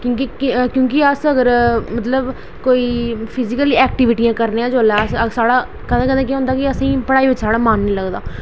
क्योंकि अस अगर मतलब फीजिकल एक्टीविटियां करने आं जेल्लै साढ़ा कदें कदें केह् होंदा की असेंगी पढ़ाई पर साढ़ा मन निं लगदा